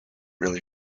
really